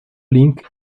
link